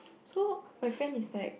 so my friend is like